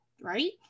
right